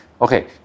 Okay